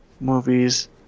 movies